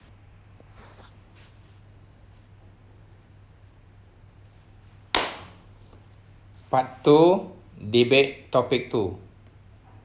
part two debate topic two